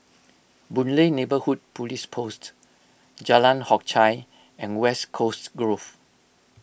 Boon Lay Neighbourhood Police Post Jalan Hock Chye and West Coast Grove